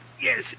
Yes